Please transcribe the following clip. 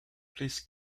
please